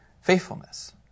faithfulness